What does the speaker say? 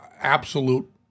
absolute